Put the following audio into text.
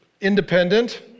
independent